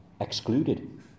excluded